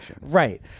right